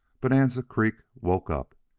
bonanza creek woke up,